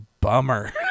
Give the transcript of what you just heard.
bummer